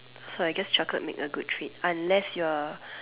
so I guess chocolate make a good treat unless you're